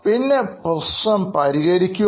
പിന്നെ പ്രശ്നം പരിഹരിക്കുക